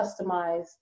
customized